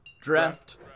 Draft